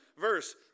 verse